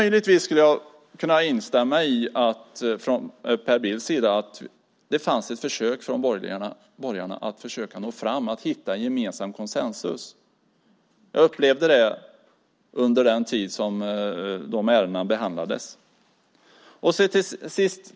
Jag skulle möjligtvis kunna instämma i det Per Bill sade om att det fanns ett försök från borgarna att nå fram och hitta konsensus. Jag upplevde det under den tid då de ärendena behandlades. Fru talman!